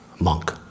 monk